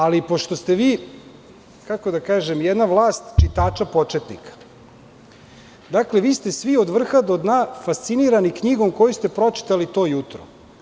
Ali, pošto ste vi jedna vlast, kako bih rekao, čitača početnika, vi ste svi od vrha do dna fascinirani knjigom koju ste pročitali to jutro.